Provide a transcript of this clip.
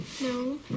No